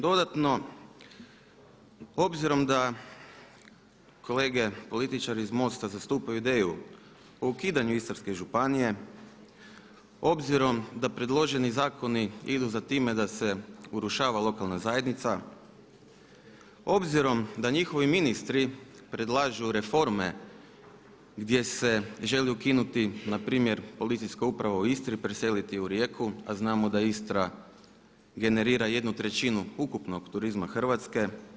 Dodatno obzirom da kolege političari iz MOST-a zastupaju ideju o ukidanju Istarske županije, obzirom da predloženi zakoni idu za time da se urušava lokalna zajednica, obzirom da njihovi ministri predlažu reforme gdje se želi ukinuti na primjer Policijska uprava u Istri preseliti u Rijeku, a znamo da Istra generira jednu trećinu ukupnog turizma Hrvatske.